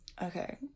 Okay